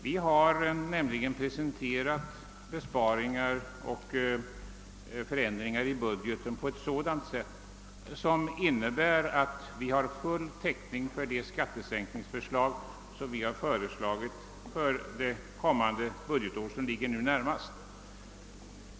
Vi har nämligen presenterat förslag till besparingar och ändringar i budgeten som skulle innebära, att vi har full täckning för de skattesänkningsförslag vi har framlagt för det budgetår som ligger närmast framför oss.